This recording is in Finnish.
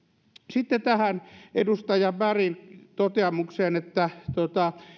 sitten tähän edustaja bergin toteamukseen että